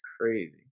crazy